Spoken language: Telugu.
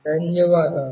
ధన్యవాదాలు